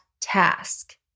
task